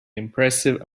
impressive